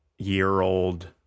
year-old